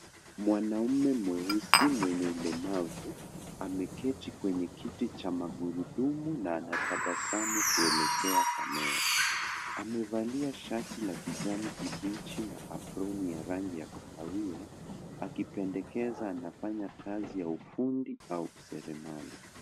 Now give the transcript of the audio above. Mwanaume mweusi mwenye ulemavu ameketi kwenye kiti cha magurudumu na anatabasamu kuelekea kamera. Amevalia shati la kijani kibichi na aproni ya rangi ya kahaiwa, akipendekeza anafanya kazi ya ufundi au seremala.